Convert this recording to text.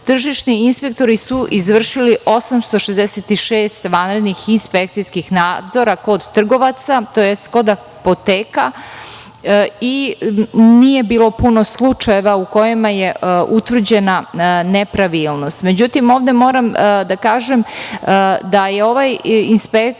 tržišni inspektori su izvršili 866 vanrednih inspekcijskih nadzora kod trgovaca, tj. kod apoteka i nije bilo puno slučajeva u kojima je utvrđena nepravilnost.Međutim, ovde moram da kažem da ovaj inspekcijski